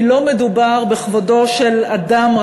כי לא מדובר רק בכבודו של האדם,